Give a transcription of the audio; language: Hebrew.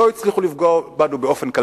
לא הצליחו לפגוע בנו באופן צבאי,